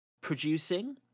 producing